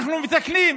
אנחנו מתקנים.